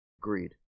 Agreed